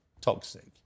toxic